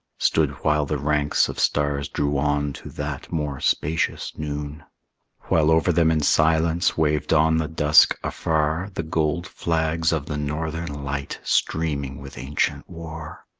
stood while the ranks of stars drew on to that more spacious noon while over them in silence waved on the dusk afar the gold flags of the northern light streaming with ancient war.